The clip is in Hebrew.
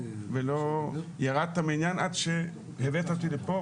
ולא ירדת מהעניין עד שהבאת אותי לפה,